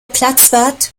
platzwart